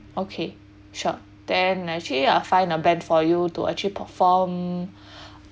okay sure then I can actually find a band for you to actually perform